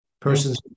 Persons